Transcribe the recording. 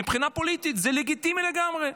מבחינה פוליטית זה לגיטימי לגמרי,